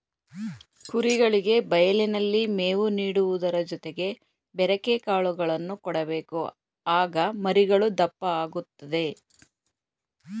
ಕುರಿಗಳಿಗೆ ಬಯಲಿನಲ್ಲಿ ಮೇವು ನೀಡುವುದರ ಜೊತೆಗೆ ಬೆರೆಕೆ ಕಾಳುಗಳನ್ನು ಕೊಡಬೇಕು ಆಗ ಮರಿಗಳು ದಪ್ಪ ಆಗುತ್ತದೆ